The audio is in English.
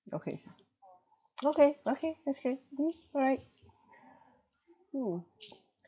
okay okay okay that's okay mm alright mm